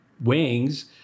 wings